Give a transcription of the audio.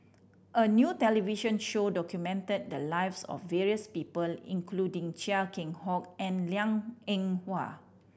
a new television show documented the lives of various people including Chia Keng Hock and Liang Eng Hwa